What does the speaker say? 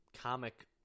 comic